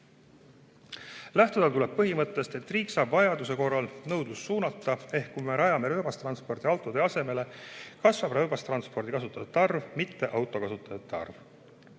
Lähtuda tuleb põhimõttest, et riik saab vajaduse korral nõudlust suunata. Ehk teisisõnu, kui me edendame rööbastransporti autode asemel, kasvab rööbastranspordi kasutajate arv, mitte autokasutajate arv.